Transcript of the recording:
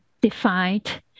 defined